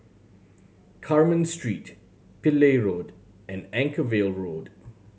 Carmen Street Pillai Road and Anchorvale Road